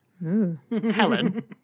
helen